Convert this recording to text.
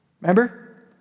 Remember